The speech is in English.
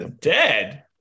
dead